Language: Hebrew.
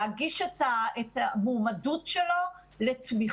להגיש את המועמדות שלו לתמיכה,